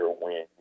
win